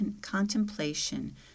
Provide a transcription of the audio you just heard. contemplation